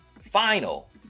final